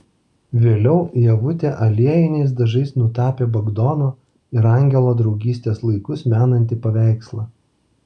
vėliau ievutė aliejiniais dažais nutapė bagdono ir angelo draugystės laikus menantį paveikslą